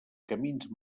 camins